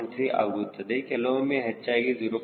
3 ಆಗುತ್ತದೆ ಕೆಲವೊಮ್ಮೆ ಹೆಚ್ಚಾಗಿ 0